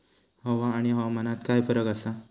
हवा आणि हवामानात काय फरक असा?